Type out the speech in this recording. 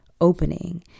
opening